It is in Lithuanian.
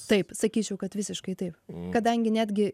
taip sakyčiau kad visiškai taip kadangi netgi